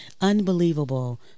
Unbelievable